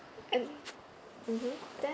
and mmhmm then